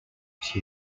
she